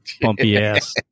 bumpy-ass